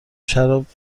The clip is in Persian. شراب